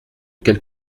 quelle